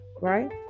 right